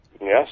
Yes